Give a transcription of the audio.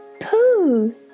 Pooh